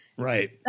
Right